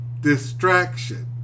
distraction